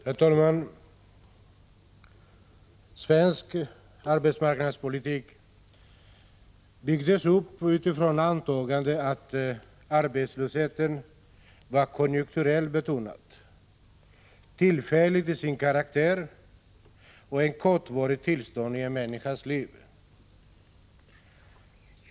Herr talman! Svensk arbetsmarknadspolitik byggdes upp med utgångspunkt i antagandet att arbetslösheten var konjunkturellt betonad, tillfällig till sin karaktär och ett kortvarigt tillstånd i en människas liv.